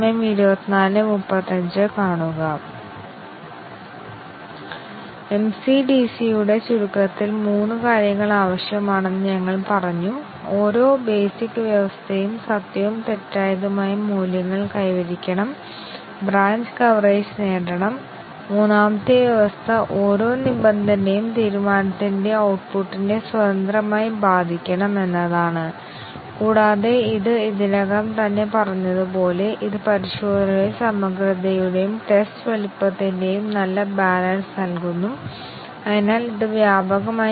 നമ്മൾ ഒരു ആറ്റോമിക് അവസ്ഥയിലേക്കാണ് നോക്കുന്നതെങ്കിൽ ഈ അടിസ്ഥാന വ്യവസ്ഥ ശരിയും തെറ്റും വിലയിരുത്തുമ്പോൾ നാം മറ്റെല്ലാ ആറ്റോമിക് അവസ്ഥകളുടെയും മൂല്യങ്ങൾ തുല്യമായിരിക്കണം കൂടാതെ ഇതിന് ശരിയും തെറ്റും വിലയിരുത്തുന്നതിന് നമുക്ക് ആറ്റോമിക് കണ്ടിഷന്റ്റെ കോമ്പൌണ്ട് കണ്ടിഷൻ മൊത്തത്തിൽ ആവശ്യമാണ്